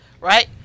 Right